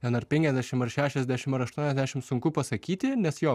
ten ar penkiasdešim ar šešiasdešim ar aštuoniasdešim sunku pasakyti nes jo